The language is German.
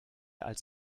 als